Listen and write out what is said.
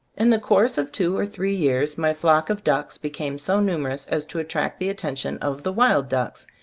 in the course of two or three years my flock of ducks became so numer ous as to attract the attention of the wild ducks,